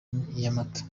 nyamata